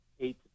eight